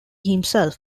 himself